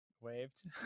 waved